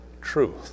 truth